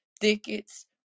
thickets